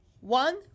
One